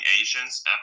Asians